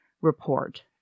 Report